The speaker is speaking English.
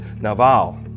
naval